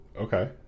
Okay